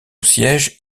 siège